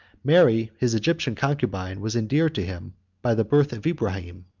mary, his egyptian concubine, was endeared to him by the birth of ibrahim.